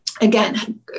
again